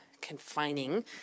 confining